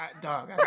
dog